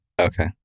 okay